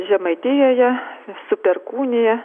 žemaitijoje su perkūnija